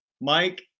Mike